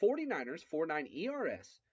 49ers49ers